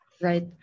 Right